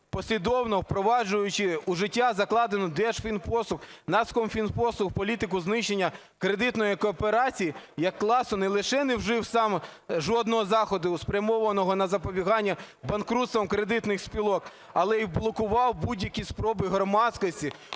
послідовно впроваджуючи в життя закладену Держфінпослуг, Нацкомфінпослуг політику знищення кредитної кооперації як класу, не лише не вжив сам жодного заходу, спрямованого на запобігання банкрутствам кредитних спілок, але і блокував будь-які спроби громадськості,